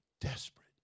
desperate